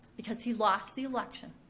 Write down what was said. because he lost the election.